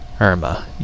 Irma